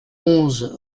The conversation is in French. onze